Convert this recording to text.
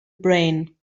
brain